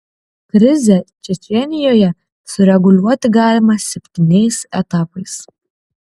krizę čečėnijoje sureguliuoti galima septyniais etapais